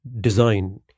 design